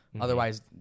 Otherwise